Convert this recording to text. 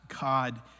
God